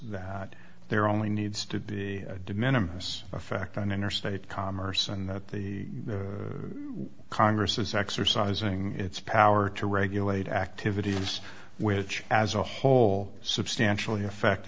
that there are only needs to be a de minimus effect on interstate commerce and that the congress is exercising its power to regulate activities which as a whole substantially affect